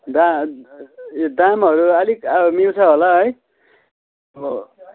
दा यो दामहरू अलिक मिल्छ होला है